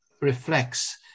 reflects